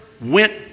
went